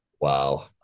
Wow